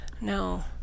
No